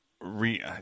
re